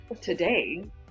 Today